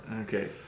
Okay